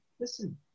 listen